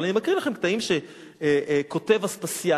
אבל אני מקריא לכם קטעים שכותב אספסיאנוס,